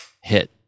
hit